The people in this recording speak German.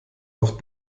auf